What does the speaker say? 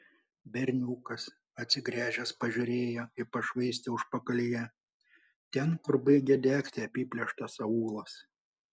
berniukas atsigręžęs pažiūrėjo į pašvaistę užpakalyje ten kur baigė degti apiplėštas aūlas